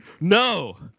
No